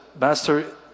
master